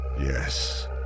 Yes